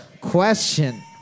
Question